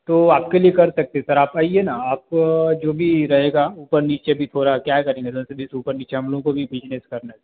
तो आपके लिए कर सकते हैं सर आप आईए ना आप जो भी रहेगा ऊपर नीचे भी थोड़ा क्या है करेंगे दस बीस ऊपर नीचे हम लोगों को भी बिजनेस करना है सर